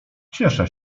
cieszę